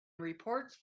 reports